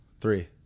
Three